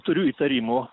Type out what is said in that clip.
turiu įtarimų